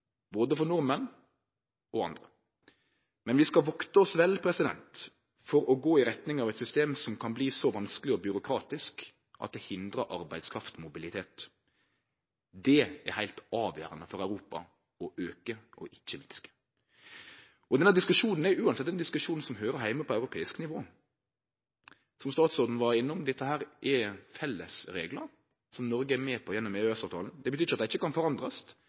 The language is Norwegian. både for nordmenn og andre, men vi skal vakte oss vel for å gå i retning av eit system som kan bli så vanskeleg og byråkratisk at det hindrar arbeidskraft og mobilitet – det er det heilt avgjerande for Europa å auke, ikkje å minske. Denne diskusjonen er uansett ein diskusjon som høyrer heime på europeisk nivå. Som statsråden var innom, så er dette felles reglar, som Noreg er med på gjennom EØS-avtalen. Det betyr ikkje at dei ikkje kan forandrast,